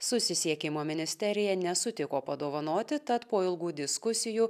susisiekimo ministerija nesutiko padovanoti tad po ilgų diskusijų